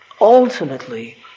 ultimately